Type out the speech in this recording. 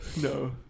no